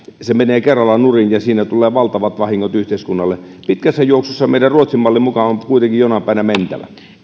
se menee kerralla nurin ja siinä tulee valtavat vahingot yhteiskunnalle pitkässä juoksussa ruotsin mallin mukaan meidän on kuitenkin jonain päivänä mentävä